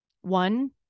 One